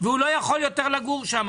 והוא לא יכול לגור שם יותר,